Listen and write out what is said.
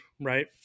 right